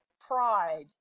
pride